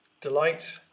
Delight